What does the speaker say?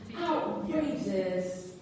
Outrageous